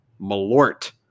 Malort